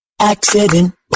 Accident